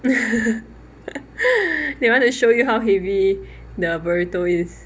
they wanted to show you how heavy the burrito is